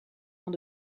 ans